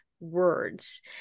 words